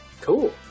Cool